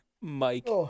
Mike